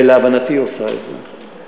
ולהבנתי היא עושה את זה.